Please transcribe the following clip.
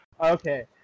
Okay